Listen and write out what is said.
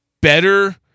better